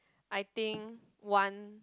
I think one